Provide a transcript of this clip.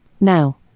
Now